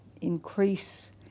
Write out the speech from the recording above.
increase